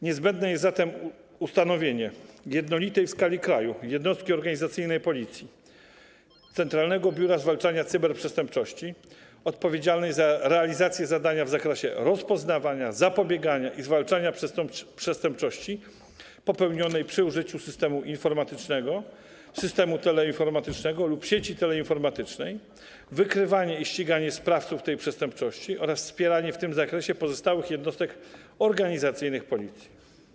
Niezbędne jest zatem ustanowienie jednolitej w skali kraju jednostki organizacyjnej Policji, Centralnego Biura Zwalczania Cyberprzestępczości, odpowiedzialnej za realizację zadań w zakresie rozpoznawania, zapobiegania i zwalczania przestępczości popełnionej przy użyciu systemu informatycznego, systemu teleinformatycznego lub sieci teleinformatycznej, wykrywanie i ściganie sprawców tej przestępczości oraz wspieranie w tym zakresie pozostałych jednostek organizacyjnych Policji.